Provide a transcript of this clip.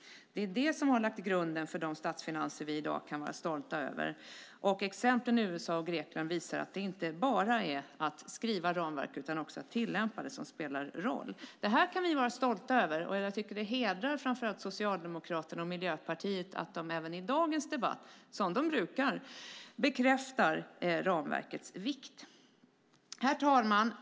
Det är det som har lagt grunden för de statsfinanser vi i dag kan vara stolta över. Exemplen USA och Grekland visar att det inte bara är att skriva ramverk som spelar roll utan också att tillämpa dem. Det här kan vi vara stolta över. Jag tycker att det hedrar framför allt Socialdemokraterna och Miljöpartiet att de även i dagens debatt bekräftar ramverkets vikt, som de brukar. Herr talman!